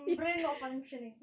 brain not functioning